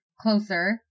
closer